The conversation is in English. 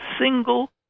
single